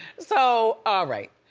so, alright.